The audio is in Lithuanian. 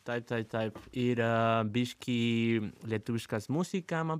tai tai taip ir biškį lietuviškas musika man